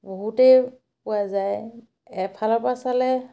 বহুতেই পোৱা যায় এফালৰ পৰা চালে